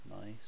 nice